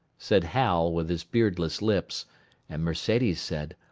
said hal, with his beardless lips and mercedes said,